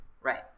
Right